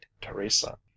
teresa